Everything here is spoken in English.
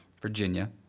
Virginia